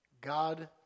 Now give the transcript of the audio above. God